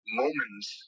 moments